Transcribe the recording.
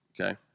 okay